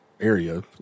area